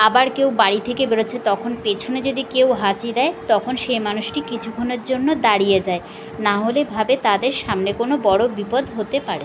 আবার কেউ বাড়ি থেকে বেরোচ্ছে তখন পেছনে যদি কেউ হাঁচি দেয় তখন সে মানুষটি কিছুখণের জন্য দাঁড়িয়ে যায় নাহলে ভাবে তাদের সামনে কোনো বড়ো বিপদ হতে পারে